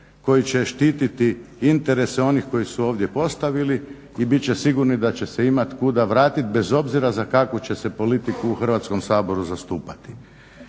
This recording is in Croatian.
koji će štiti interese onih koje su ovdje postavili i bit će sigurni da će se imati kuda vratiti bez obzira za kakvu će se politiku u Hrvatskom saboru zastupati.